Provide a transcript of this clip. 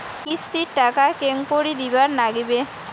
কিস্তির টাকা কেঙ্গকরি দিবার নাগীবে?